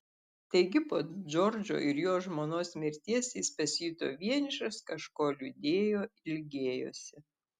taigi po džordžo ir jo žmonos mirties jis pasijuto vienišas kažko liūdėjo ilgėjosi